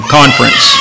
conference